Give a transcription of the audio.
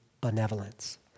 benevolence